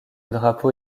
drapeau